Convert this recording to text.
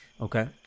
Okay